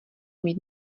mít